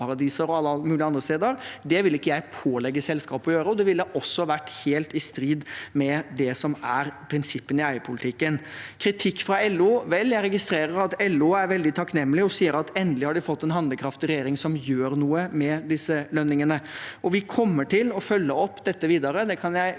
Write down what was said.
og alle mulige andre steder, da vil jeg ikke pålegge selskapet å gjøre det. Det ville også vært helt i strid med det som er prinsippene i eierpolitikken. Kritikk fra LO: Vel, jeg registrerer at LO er veldig takknemlige og sier at de endelig har fått en handlekraftig regjering som gjør noe med disse lønningene. Vi kommer til å følge opp dette videre, og jeg kan